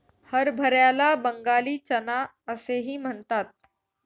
हरभऱ्याला बंगाली चना असेही म्हणतात